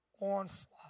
onslaught